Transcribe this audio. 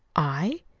i?